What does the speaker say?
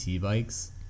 bikes